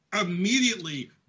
immediately